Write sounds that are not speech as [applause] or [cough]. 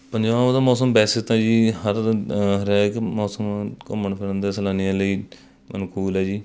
ਪੰਜਾਬ ਦਾ ਮੌਸਮ ਵੈਸੇ ਤਾਂ ਜੀ [unintelligible] ਹਰੇਕ ਮੌਸਮ ਘੁੰਮਣ ਫਿਰਨ ਦੇ ਸੈਲਾਨੀਆਂ ਲਈ ਅਨੁਕੂਲ ਹੈ ਜੀ